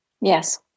Yes